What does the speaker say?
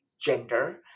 gender